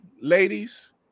ladies